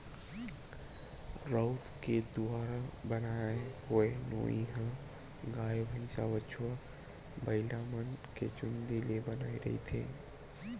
राउत के दुवारा बनाय होए नोई ह गाय, भइसा, बछवा, बइलामन के चूंदी ले बनाए रहिथे